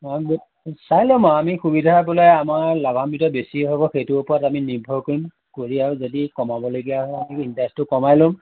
অঁ চাই ল'ম আৰু আমি সুবিধা বোলে আমাৰ লাভাম্বিত বেছি হ'ব সেইটোৰ ওপৰত আমি নিৰ্ভৰ কৰিম কৰি আৰু যদি কমাব লগাবলগীয়া হয় ইণ্টাৰেষ্টটো কমাই ল'ম